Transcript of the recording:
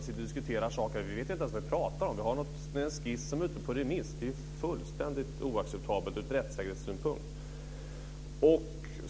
Vi diskuterar saker utan att vi ens vet vad vi talar om. Vi har en skiss som är ute på remiss. Det är fullständigt oacceptabelt ur rättssäkerhetssynpunkt.